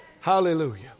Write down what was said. hallelujah